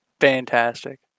fantastic